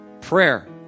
Prayer